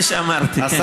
נפגשתי, הייתי שם.